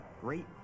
great